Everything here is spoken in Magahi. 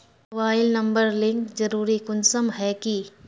मोबाईल नंबर लिंक जरुरी कुंसम है की?